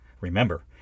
Remember